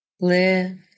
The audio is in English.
Live